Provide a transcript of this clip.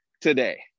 today